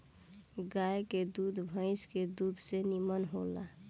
गाय के दूध भइस के दूध से निमन होला